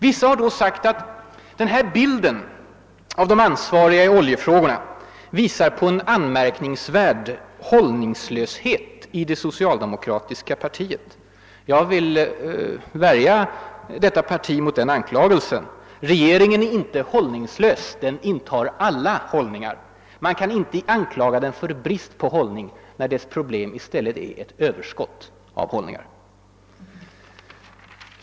Vissa har menat att den bild som de ansvariga i oljefrågorna visar upp är tecken på en anmärkningsvärd hållningslöshet inom det socialdemokratiska partiet. Jag vill värja detta parti. mot denna anklagelse. Regeringen är inte hållningslös — den intar alla hållningar! Man kan inte anklaga den för brist på hållning när dess problem i stället är ett överskott på hållningar.